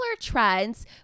trends